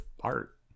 art